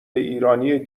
ایرانی